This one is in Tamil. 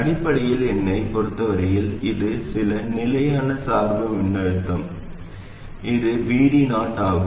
அடிப்படையில் என்னைப் பொருத்தவரையில் இது சில நிலையான சார்பு மின்னழுத்தம் இது Vd0 ஆகும்